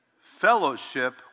Fellowship